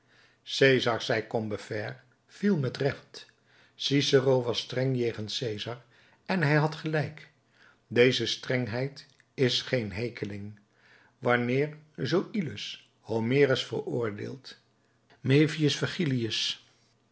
cesar zei combeferre viel met recht cicero was streng jegens cesar en hij had gelijk deze strengheid is geen hekeling wanneer zoïlus homerus veroordeelt maevius virgilius